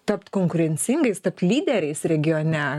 tapt konkurencingais tapt lyderiais regione